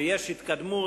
ויש התקדמות,